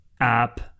app